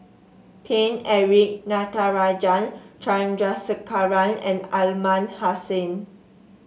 Paine Eric Natarajan Chandrasekaran and Aliman Hassan